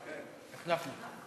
החלפנו.